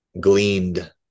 gleaned